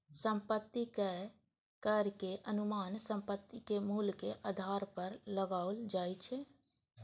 संपत्ति कर के अनुमान संपत्ति के मूल्य के आधार पर लगाओल जाइ छै